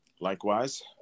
Likewise